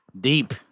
deep